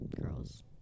girls